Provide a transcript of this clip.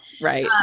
Right